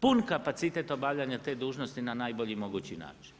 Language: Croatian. pun kapacitet obavljanje te dužnosti na najbolji mogući način.